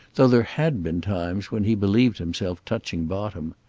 though there had been times when he believed himself touching bottom.